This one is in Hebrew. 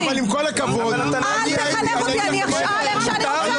--- חברת הכנסת לזימי, אני קוראת אותך